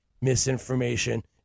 misinformation